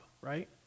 right